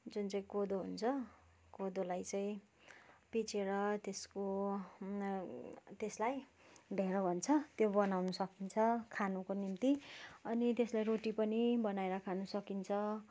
जुन चाहिँ कोदो हुन्छ कोदोलाई चाहिँ पिसेर त्यसको त्यसलाई ढेँडो भन्छ त्यो बनाउन सकिन्छ खानको निम्ति अनि त्यसलाई रोटी पनि बनाएर खान सकिन्छ